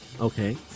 Okay